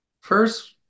first